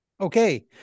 Okay